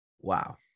Wow